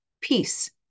peace